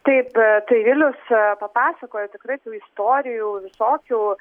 taip tai vilius papasakojo tikrai tų istorijų visokių